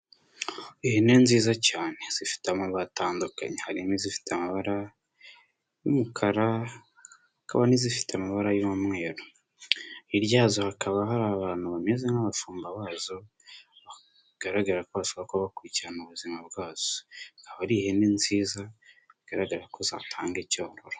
Ihene nziza cyane zifite amabara atandukanye harimo izifite amabara y'umukara hakaba n'izifite amabara y'umweru, hirya yazo hakaba hari abantu bameze nk'abashumba bazo bagaragara ko bashaka kuba bakurikirana ubuzima bwazo, akaba ari ihene nziza bigaragara ko zatanga icyororo.